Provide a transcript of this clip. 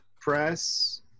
press